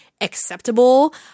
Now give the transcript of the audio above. acceptable